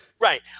Right